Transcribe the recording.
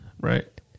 right